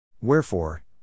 Wherefore